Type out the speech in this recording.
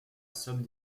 somme